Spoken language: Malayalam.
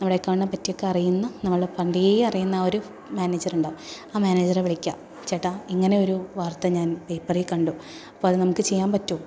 നമ്മുടെ അക്കൗണ്ടിനെ പറ്റി ഒക്കെ അറിയുന്ന നമ്മളെ പണ്ടേ അറിയുന്ന ഒരു മാനേജരുണ്ടാകും ആ മാനേജരെ വിളിക്കുക ചേട്ടാ ഇങ്ങനെ ഒരു വാർത്ത ഞാൻ പേപ്പറിൽ കണ്ടു അപ്പോൾ അത് നമുക്ക് ചെയ്യാൻ പറ്റും